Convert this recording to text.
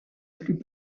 plus